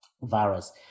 virus